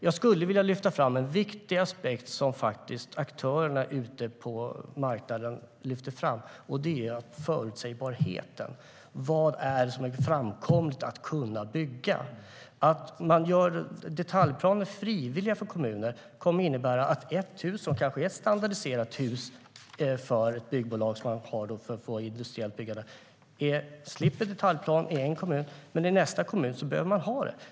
Jag skulle vilja lyfta fram en viktig aspekt som aktörerna ute på marknaden lyfter fram, och det är förutsägbarheten och vad som är framkomligt när det gäller att kunna bygga. Att man gör detaljplaner frivilliga för kommuner kommer att innebära att ett hus som kanske är standardiserat för ett byggbolag, för att få ett industriellt byggande, slipper detaljplan i en kommun men behöver ha det i nästa.